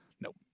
Nope